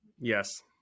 Yes